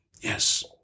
Yes